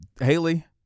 Haley